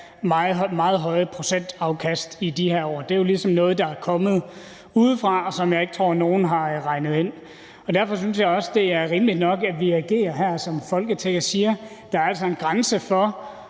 meget høje procentafkast i de her år. Det er ligesom noget, der er kommet udefra, og som jeg ikke tror nogen har regnet ind. Derfor synes jeg også, det er rimeligt nok, at vi agerer her som Folketing og siger: Der er altså en grænse for,